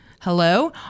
Hello